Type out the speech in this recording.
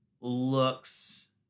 looks